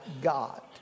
God